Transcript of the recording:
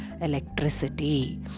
electricity